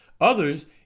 Others